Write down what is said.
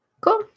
cool